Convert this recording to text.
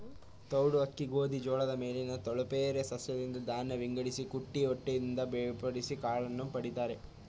ತೌಡು ಅಕ್ಕಿ ಗೋಧಿ ಜೋಳದ ಮೇಲಿನ ತೆಳುಪೊರೆ ಸಸ್ಯದಿಂದ ಧಾನ್ಯ ವಿಂಗಡಿಸಿ ಕುಟ್ಟಿ ಹೊಟ್ಟಿನಿಂದ ಬೇರ್ಪಡಿಸಿ ಕಾಳನ್ನು ಪಡಿತರೆ